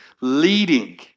leading